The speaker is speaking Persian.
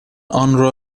آنرا